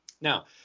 Now